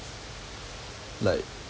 like